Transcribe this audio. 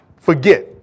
forget